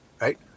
right